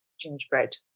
gingerbread